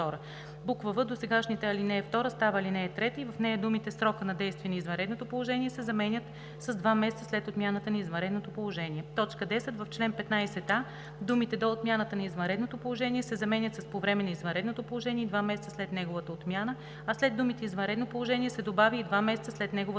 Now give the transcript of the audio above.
в) досегашната ал. 2 става ал. 3 и в нея думите „срока на действие на извънредното положение“ се заменят с „два месеца след отмяната на извънредното положение“. 10. В чл. 15а думите „До отмяната на извънредното положение“ се заменят с „По време на извънредното положение и два месеца след неговата отмяна“, а след думите „извънредно положение“ се добавя „и два месеца след неговата отмяна“.